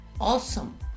awesome